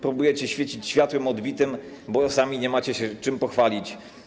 Próbujecie świecić światłem odbitym, bo sami nie macie, czym się pochwalić.